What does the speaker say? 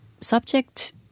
subject